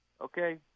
Okay